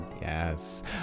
Yes